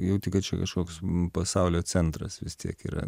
jauti kad čia kažkoks pasaulio centras vis tiek yra